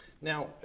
Now